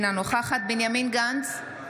אינה נוכחת בנימין גנץ,